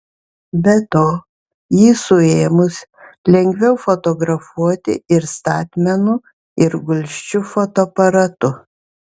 be to jį suėmus lengviau fotografuoti ir statmenu ir gulsčiu fotoaparatu